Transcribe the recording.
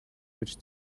which